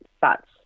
thoughts